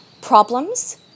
problems